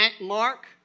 Mark